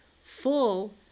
full